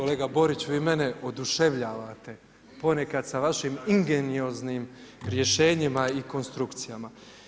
Kolega Borić, vi mene oduševljavate ponekad sa vašim ingenioznim rješenjima i konstrukcijama.